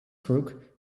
crook